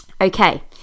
okay